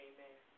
Amen